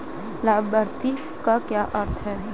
लाभार्थी का क्या अर्थ है?